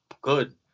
good